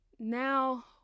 Now